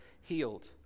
healed